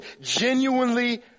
genuinely